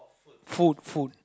food food